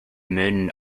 moon